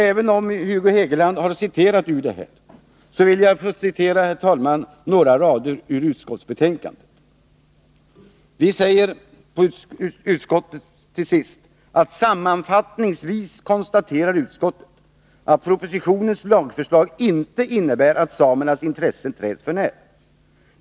Även om Hugo Hegeland har citerat ur betänkandet, vill jag, herr talman, citera några rader från vad utskottet till sist säger: ”Sammanfattningsvis konstaterar utskottet att propositionens lagförslag inte innebär att samernas intressen träds för när.